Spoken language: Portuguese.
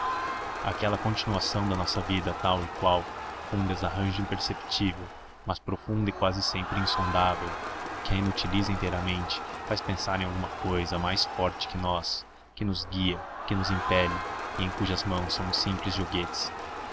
aquela continuação da nossa vida tal e qual com um desarranjo imperceptível mas profundo e quase sempre insondável que a inutiliza inteiramente faz pensar em alguma cousa mais forte que nós que nos guia que nos impele e em cujas mãos somos simples joguetes